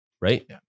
right